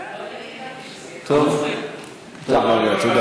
טוב, תודה.